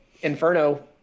inferno